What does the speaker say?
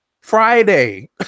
Friday